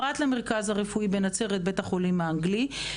פרט למרכז הרפואי בנצרת בית החולים האנגלי,